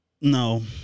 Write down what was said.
no